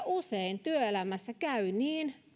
usein työelämässä käy niin